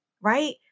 right